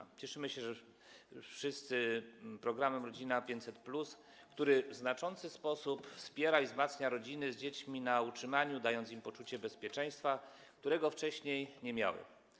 Wszyscy cieszymy się z programu „Rodzina 500+”, który w znaczący sposób wspiera i wzmacnia rodziny z dziećmi na utrzymaniu, dając im poczucie bezpieczeństwa, którego wcześniej nie miały.